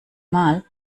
mal